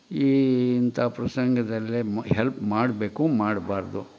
ಈ ಇಂಥ ಪ್ರಸಂಗದಲ್ಲಿ ಹೆಲ್ಪ್ ಮಾಡಬೇಕೊ ಮಾಡಬಾರ್ದೊ